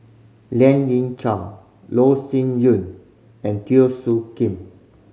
Lien Ying Chow Loh Sin Yun and Teo Soon Kim